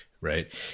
right